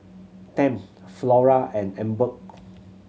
Tempt Flora and Emborg